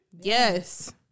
Yes